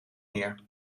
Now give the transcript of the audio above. neer